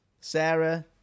Sarah